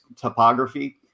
topography